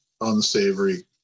unsavory